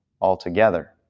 altogether